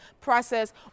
process